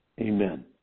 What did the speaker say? amen